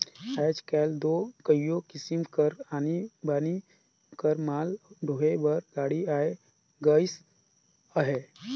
आएज काएल दो कइयो किसिम कर आनी बानी कर माल डोहे बर गाड़ी आए गइस अहे